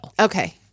Okay